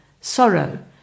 sorrow